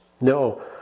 No